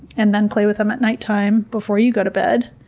and then play with them at nighttime before you go to bed.